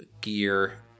gear